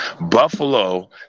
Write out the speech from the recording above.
Buffalo